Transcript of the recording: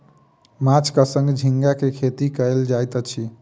माँछक संग झींगा के खेती कयल जाइत अछि